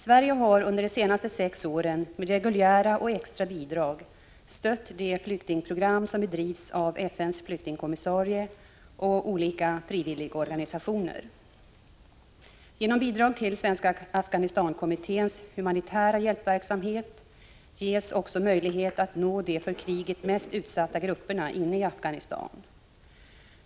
Sverige har under de senaste sex åren med reguljära och extra bidrag stött såväl FN:s flyktingkommissaries flyktingprogram som olika frivilligorganisationer. Genom bidrag till Svenska Afghanistan-kommitténs humanitära hjälpverksamhet ges också möjlighet att nå de för kriget mest utsatta grupperna inne i Afghanistan.